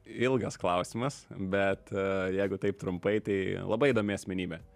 ilgas klausimas bet jeigu taip trumpai tai labai įdomi asmenybė